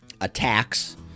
attacks